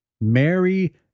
Mary